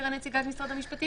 הסבירה נציגת משרד המשפטים